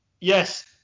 yes